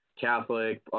Catholic